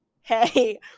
hey